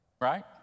Right